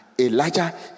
Elijah